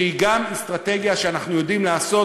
שהיא גם אסטרטגיה שאנחנו יודעים לעשות